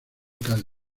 cali